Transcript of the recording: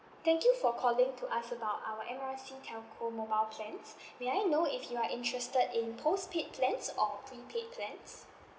thank you for calling to ask about our M R C telco mobile plans may I know if you are interested in postpaid plans or prepaid plans